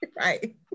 Right